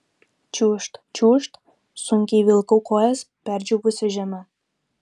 čiūžt čiūžt sunkiai vilkau kojas perdžiūvusia žeme